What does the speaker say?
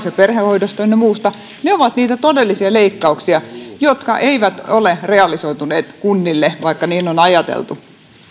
ja perhehoidosta ynnä muusta ovat niitä todellisia leikkauksia jotka eivät ole realisoituneet kunnille vaikka on ajateltu